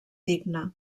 digne